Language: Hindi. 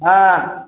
हाँ